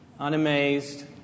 unamazed